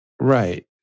Right